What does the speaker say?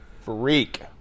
freak